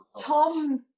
Tom